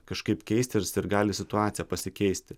kažkaip keistis ir gali situacija pasikeisti